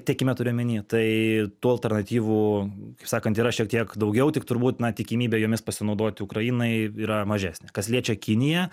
tiekime turiu omeny tai tų alternatyvų kaip sakant yra šiek tiek daugiau tik turbūt na tikimybė jomis pasinaudoti ukrainai yra mažesnė kas liečia kiniją